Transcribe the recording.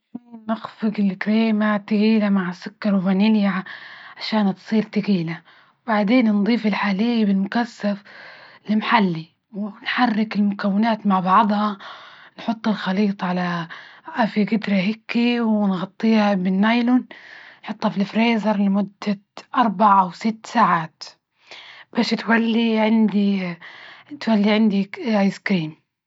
أول شي نخفق الكريمة تقيلة مع سكر وفانيليا عشان تصير تقيلة، وبعدين نضيف الحليب المكثف المحلي، ونحرك المكونات مع بعضها، نحط الخليط على في جدرة هيكي ونغطيها بالنايلون حطها في الفريزر لمدة أربعة أو ست ساعات بش تولي عندي- تولي عندك أيس كريم.